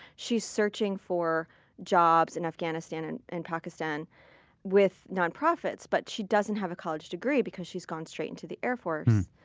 she's searching for jobs in afghanistan and and pakistan with nonprofits, but she doesn't have a college degree because she's gone straight into the air force.